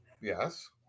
Yes